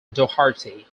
doherty